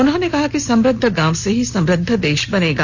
उन्होंने कहा कि समृद्ध गांव से ही समृद्ध देश बनेगा